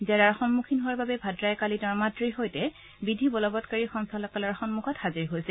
জেৰাৰ সন্মুখীন হোৱাৰ বাবে ভাদ্ৰাই কালি তেওঁৰ মাতৃৰ সৈতে বিধিবলবৎকাৰী সঞ্চালকালয়ৰ সন্মুখত হাজিৰ হৈছিল